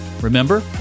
remember